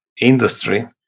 industry